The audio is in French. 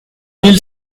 mille